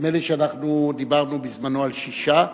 נדמה לי שאנחנו דיברנו בזמנו על שישה,